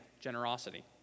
generosity